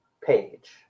page